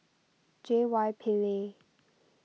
J Y Pillay